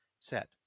Set